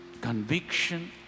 conviction